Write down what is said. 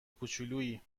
کوچولویی